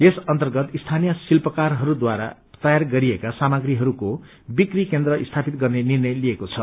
यस अन्तर्गत स्थानीय शिल्पकारहरूद्वारा तयार गरिएका सामग्रीहरूको विक्री केन्द्र स्थापित गर्ने निर्णय लिएको छ